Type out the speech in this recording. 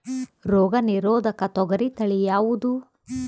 ರೋಗ ನಿರೋಧಕ ತೊಗರಿ ತಳಿ ಯಾವುದು?